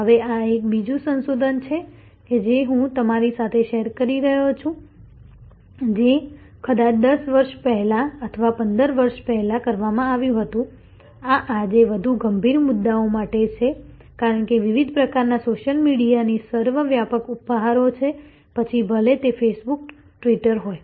હવે આ એક બીજું સંશોધન છે જે હું તમારી સાથે શેર કરી રહ્યો છું જે કદાચ 10 વર્ષ પહેલા અથવા 15 વર્ષ પહેલા કરવામાં આવ્યું હતું આ આજે વધુ ગંભીર મુદ્દાઓ માટે છે કારણ કે વિવિધ પ્રકારના સોશિયલ મીડિયાની સર્વવ્યાપક ઉપહારો છે પછી ભલે તે ફેસબુક ટ્વિટર હોય